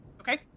okay